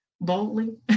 boldly